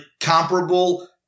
comparable